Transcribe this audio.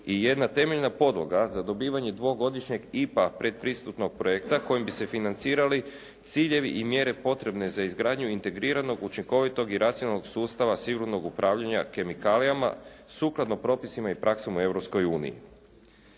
i jedna temeljna podloga za dobivanje dvogodišnjeg IPA predpristupnog projekta kojim bi se financirali ciljevi i mjere potrebne za izgradnju integriranog učinkovitog i racionalnog sustava sigurnog upravljanja kemikalijama sukladno propisima i praksom u